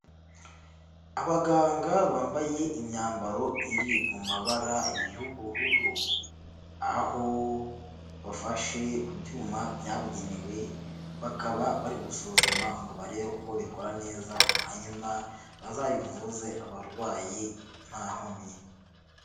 Abaganga bambaye imyambaro iri mu mabara y'ubururu, aho bafashe ku byuma byabugenewe bakaba bari gusuzuma ngo barebe uko bikora neza, hanyuma bazabivuze abarwayi nta nkomyi.